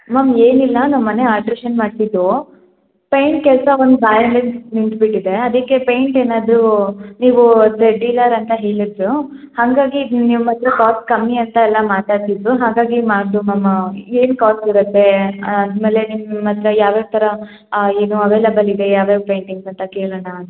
ma'am ಏನಿಲ್ಲ ನಮ್ಮ ಮನೆ ಅಲ್ಟ್ರೇಷನ್ ಮಾಡಿಸಿತ್ತು ಪೇಂಟ್ ಕೆಲಸ ಬಂದು ಬಾಯಲ್ಲಿ ನಿಂತ್ಬಿಟ್ಟಿದೆ ಅದಕ್ಕೆ ಪೇಂಟ್ ಏನಾದರೂ ನೀವೂ ರೆಡ್ಡಿಗಾರ್ ಅಂತ ಹೇಳಿದರು ಹಾಗಾಗಿ ನಿಮ್ಮ ಹತ್ತಿರ ಕಾಸ್ಟ್ ಕಮ್ಮಿ ಅಂತೆಲ್ಲ ಮಾತಾಡ್ತಿದ್ದರು ಹಾಗಾಗಿ ಮಾಡಿದ್ದು ಮ್ಯಾಮ್ ಏನು ಕಾಸ್ಟ್ ಬೀಳುತ್ತೆ ಅದು ಆದ ಮೇಲೆ ನಿಮ್ಮ ಹತ್ತಿರ ಯಾವ್ಯಾವ ಥರ ಏನೂ ಅವೈಲೇಬಲ್ ಇದೆ ಯಾವ ಯಾವ ಪೇಂಟಿಂಗ್ಸ್ ಅಂತ ಕೇಳೋಣ ಅಂತ